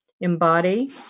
embody